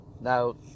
now